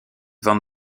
van